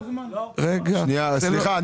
סליחה,